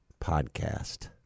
podcast